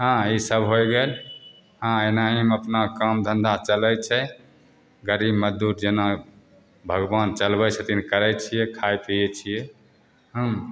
हँ ईसब होइ गेल हँ एनाहिमे अपना काम धन्धा चलै छै गरीब मजदूर जेना भगवान चलबै छथिन करै छिए खाइ पिए छिए हँ